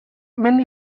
mendi